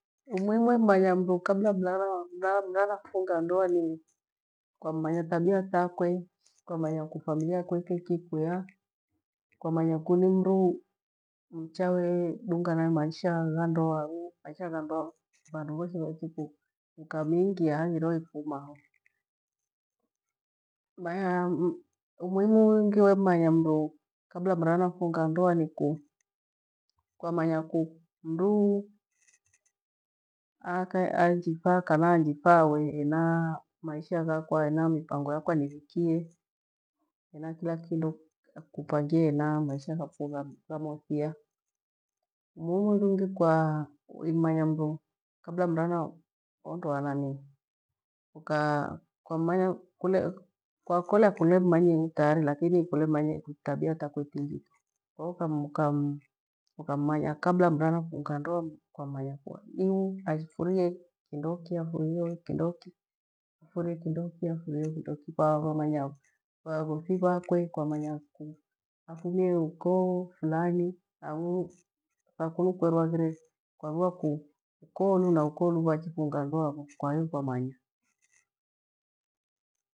Umuhimu we mmanya mru kabra mranafunga a ndoa ni kwammanya tabia kwake, kwammanha kufamilia yakwe ike kukuya kwa manya ku ni mru mcha wedunga nawe maisha gha ndoa. Hang'u maisha gha ndoa vando voshe vaichi ukamiinga haghire ifuma ho. Umuhimu ungi wemmanya mru kabra kabra mranafunga ndoa ni ku kwamanyaku mru u anjifaa kana anjifaa we hena maisha ghakwa hena mipango yakwa nivikie hena kila kindo kupangie hena amaisha ghafo gha mothia. Umuhimu hungi kwa kummanya kwa kolea kulemmanyie ngu tayari lakini kulemanyie fo tabia takwe fingi, ukammanya kabra mrafunga ndoa kwa manya kui afurie kindoki afurie we kindomki kwamanya vaghusi vakwe, kwamanya ku afunie ukoo fulani hang'u. Tha kuna kwenu haghire kwaviwa kuukoo luna ukoo lu vachifunga ndoa vo, kwahiyo kwamanya.